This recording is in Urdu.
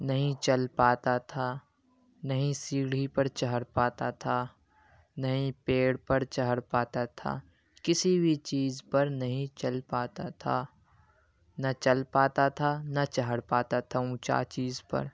نہیں چل پاتا تھا نہیں سیڑھی پر چڑھ پاتا تھا نہیں پیڑ پر چڑھ پاتا تھا کسی بھی چیز پر نہیں چل پاتا تھا نہ چل پاتا تھا نہ چڑھ پاتا تھا اونچا چیز پر